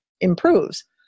improves